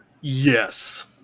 Yes